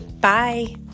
Bye